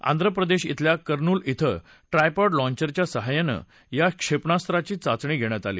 आंध्र प्रदेश इथल्या करनूल इथं ट्रायपॉड लाँचरच्या साहाय्यानं या क्षेपणास्त्राची चाचणी घेण्यात आली